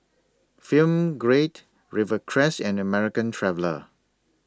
Film Grade Rivercrest and American Traveller